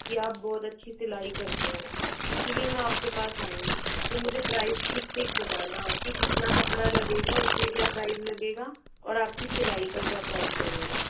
कि आप बहुत अच्छी सिलाई करते हैं इसीलिए मैं आपके पास आई हूँ तो मुझे प्राइस ठीक ठीक बताना आप की कितना कपड़ा लगेगा उसमें क्या प्राइस लगेगा और आपकी सिलाई का क्या प्राइस लगेगा